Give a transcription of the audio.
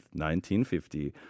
1950